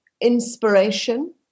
inspiration